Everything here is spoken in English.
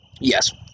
Yes